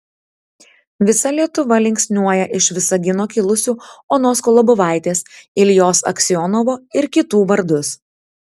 visa lietuva linksniuoja iš visagino kilusių onos kolobovaitės iljos aksionovo ir kitų vardus